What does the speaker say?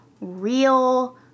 real